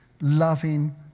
loving